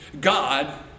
God